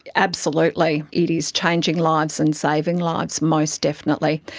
absolutely. it is changing lives and saving lives, most definitely.